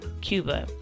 Cuba